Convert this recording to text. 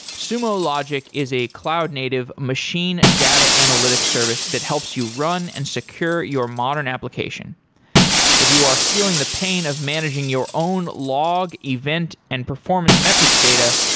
sumo logic is a cloud-native machine data analytics service that helps you run and secure your modern application if you are feeling the pain of managing your own log event and performance metrics data,